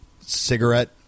cigarette